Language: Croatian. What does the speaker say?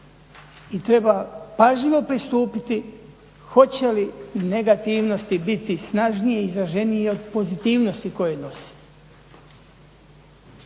I treba pažljivo pristupiti hoće li negativnosti biti snažnije, izraženije od pozitivnosti koje nose.